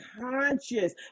conscious